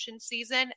season